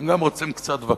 הם גם רוצים קצת vacances.